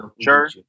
sure